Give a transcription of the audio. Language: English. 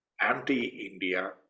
anti-India